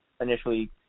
initially